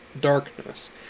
darkness